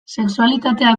sexualitatea